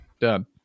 done